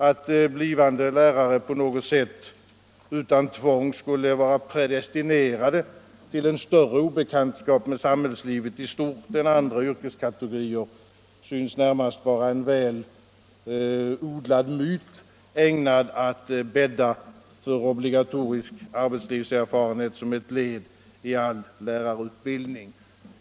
Att blivande lärare på något sätt utan tvång skulle vara predestinerade till en större obekantskap med samhällslivet i stort än andra yrkeskategorier Synes närmast vara en väl odlad myt, ägnad att bädda för obligatorisk arbétslivserfarenhet som ett led i all lärarutbildning.